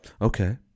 Okay